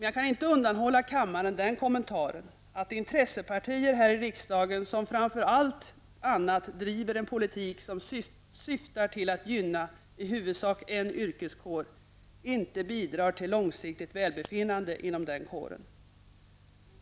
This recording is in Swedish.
Jag kan inte undanhålla kammaren den kommentaren att intressepartier här i riksdagen, som framför allt annat driver en politik som syftar till att gynna i huvudsak en yrkeskår, inte bidrar till långsiktigt välbefinnande inom den kåren.